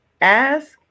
ask